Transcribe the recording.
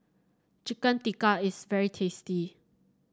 Chicken Tikka is very tasty